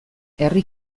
herri